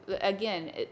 again